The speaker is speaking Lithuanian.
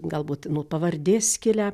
galbūt nuo pavardės kilę